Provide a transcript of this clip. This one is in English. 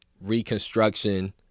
Reconstruction